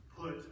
put